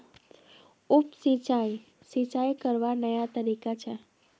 उप सिंचाई, सिंचाई करवार नया तरीका छेक